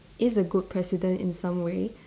is a good president in some way